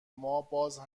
ماباز